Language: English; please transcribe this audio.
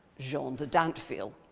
jean de dinteville,